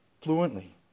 fluently